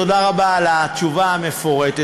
תודה רבה על התשובה המפורטת,